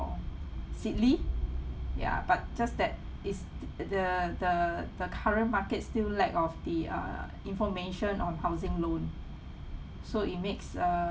seedly ya but just that is the the the current market still lack of the uh information on housing loan so it makes err